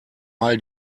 mal